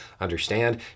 understand